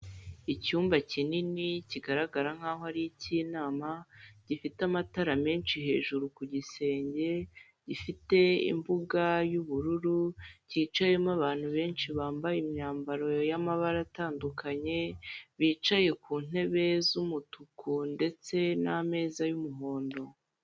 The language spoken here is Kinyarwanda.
Icyumba kinini kigaragara nk'aho ari icy'inama, gifite amatara menshi hejuru ku gisenge, gifite imbuga y'ubururu, cyicayemo abantu benshi bambaye imyambaro y'amabara atandukanye, bicaye ku ntebe z'umutuku ndetse n'ameza y'umuhondo.